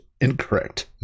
incorrect